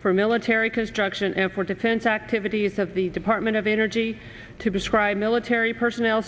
for military construction important activities of the department of energy to describe military personnel